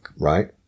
Right